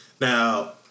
Now